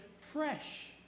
fresh